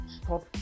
stop